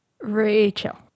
Rachel